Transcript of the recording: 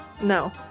No